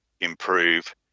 improve